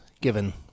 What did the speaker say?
given